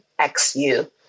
XU